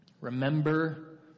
Remember